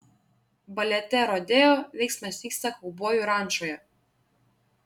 balete rodeo veiksmas vyksta kaubojų rančoje